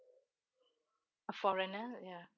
foreigner ya